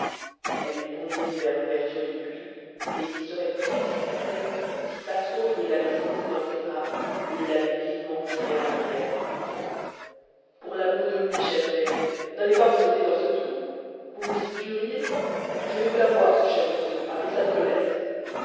elle bondit vers l'ouverture du puits et s'y serait précipitée si passerose ne l'avait saisie dans ses bras et ne l'avait vivement tirée en arrière pour l'amour de lui chère reine n'allez pas vous jeter dans ce trou vous vous y tueriez je vais vous l'avoir ce cher ourson avec sa violette